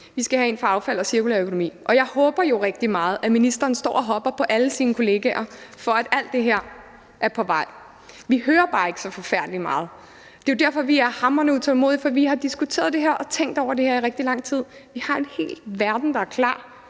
Vi skal have en for affald og for cirkulær økonomi. Jeg håber jo rigtig meget, at ministeren står og hepper på alle sine kollegaer, og at alt det her er på vej. Vi hører bare ikke så forfærdelig meget. Det er jo derfor, vi er hamrende utålmodige, for vi har diskuteret det her og tænkt over det her i rigtig lang tid. Vi har en hel verden, der er klar.